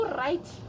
right